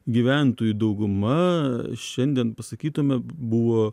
gyventojų dauguma šiandien pasakytume buvo